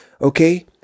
Okay